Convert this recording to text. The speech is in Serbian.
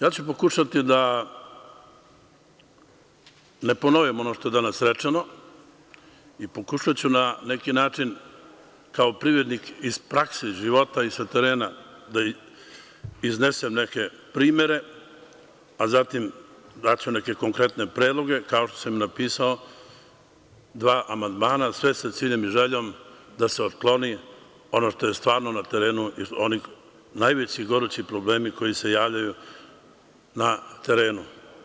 Ja ću pokušati da ne ponovim ono što je danas rečeno i pokušaću na neki način, kao privrednik, iz prakse, iz života i sa terena, da iznesem neke primere, a zatim, daću neke konkretne predloge, kao što sam i napisao dva amandmana sve sa ciljem i željom da se otkloni ono što je stvarno na terenu i oni najveći, gorući problemi koji se javljaju na terenu.